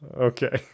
Okay